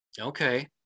Okay